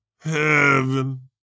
Heaven